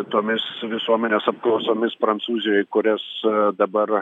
tomis visuomenės apklausomis prancūzijoj kurias dabar